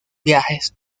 viajes